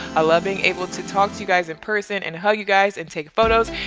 i love being able to talk to you guys in person and hug you guys, and take photos.